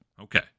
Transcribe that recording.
Okay